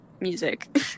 music